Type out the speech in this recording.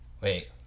Wait